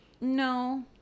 No